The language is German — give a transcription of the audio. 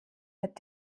wird